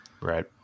Right